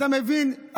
אתה מבין,